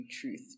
truth